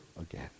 again